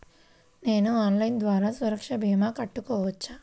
నేను ఆన్లైన్ ద్వారా సురక్ష భీమా కట్టుకోవచ్చా?